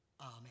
Amen